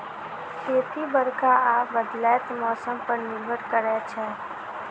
खेती बरखा आ बदलैत मौसम पर निर्भर करै छै